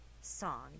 song